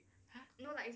!huh! two times